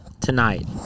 tonight